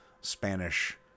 Spanish